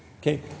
Okay